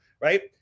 right